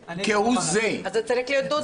כהוא זה -- אז זה צריך להיות דו-צדדי.